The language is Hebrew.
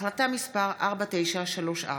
החלטה מס' 4934,